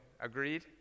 Agreed